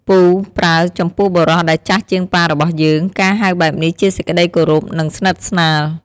“ពូ” ប្រើចំពោះបុរសដែលចាស់ជាងប៉ារបស់យើង ការហៅបែបនេះ ជាសេចក្ដីគោរព និងស្និទ្ធស្នាល។